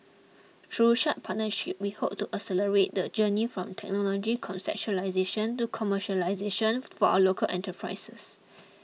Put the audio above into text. through such partnerships we hope to accelerate the journey from technology conceptualisation to commercialisation for our local enterprises